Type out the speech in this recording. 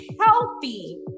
healthy